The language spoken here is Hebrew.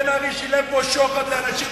איפה היית כשבן-ארי שילם פה שוחד לאנשים,